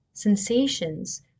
Sensations